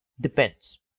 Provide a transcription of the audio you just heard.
Depends